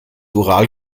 ural